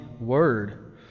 word